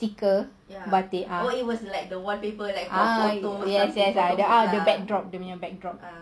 sticker batik ah ah yes yes ah backdrop dia punya backdrop